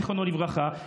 זיכרונו לברכה,